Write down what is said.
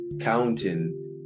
counting